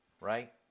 Right